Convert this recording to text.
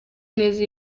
neza